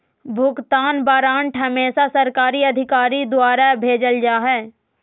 भुगतान वारन्ट हमेसा सरकारी अधिकारी द्वारा भेजल जा हय